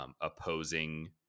opposing